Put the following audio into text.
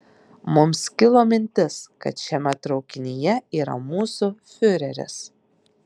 mums kilo mintis kad šiame traukinyje yra mūsų fiureris